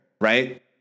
right